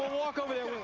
walk over there.